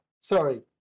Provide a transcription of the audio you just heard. sorry